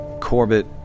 Corbett